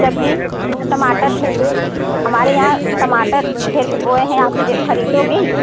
सब्जी हम टमाटर धरते हमारे यहाँ टमाटर धरते बोए हैं आप ले ख़रीदोगी